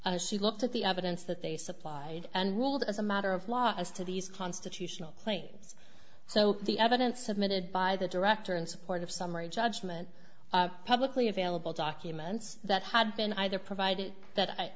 as she looked at the evidence that they supplied and ruled as a matter of law as to these constitutional claims so the evidence submitted by the director in support of summary judgment publicly available documents that had been either provided that